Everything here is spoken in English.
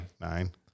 nine